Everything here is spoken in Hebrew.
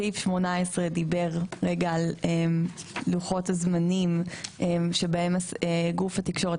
סעיף 18 דיבר על לוחות הזמנים שבהם גוף התקשורת,